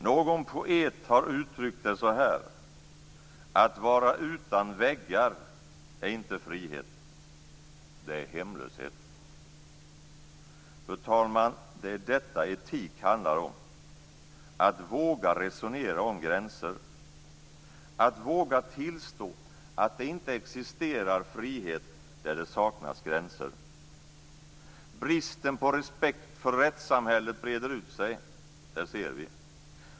Någon poet har uttryckt det så här: Att vara utan väggar är inte frihet, det är hemlöshet. Fru talman! Det är detta etik handlar om, att våga resonera om gränser, att våga tillstå att det inte existerar frihet där det saknas gränser. Bristen på respekt för rättssamhället breder ut sig. Det ser vi.